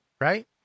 Right